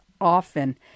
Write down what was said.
often